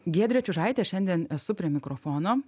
giedrė čiužaitė šiandien esu prie mikrofono